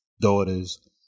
daughters